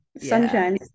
Sunshine